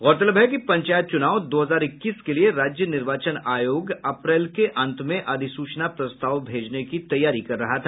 गौरतलब है कि पंचायत चूनाव दो हजार इक्कीस के लिए राज्य निर्वाचन आयोग अप्रैल के अंत में अधिसूचना प्रस्ताव भेजने की तैयारी कर रहा था